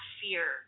fear